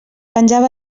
penjava